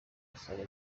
basaga